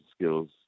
skills